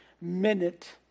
minute